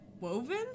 woven